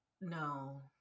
no